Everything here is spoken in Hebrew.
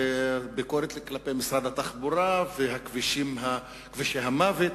ודברי ביקורת כלפי משרד התחבורה וכבישי המוות.